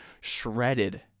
shredded